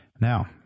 Now